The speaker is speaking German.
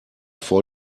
vor